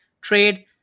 trade